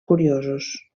curiosos